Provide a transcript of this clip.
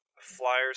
Flyers